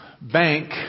bank